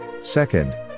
Second